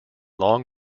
long